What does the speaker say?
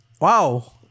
Wow